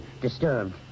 disturbed